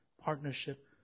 partnership